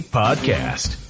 podcast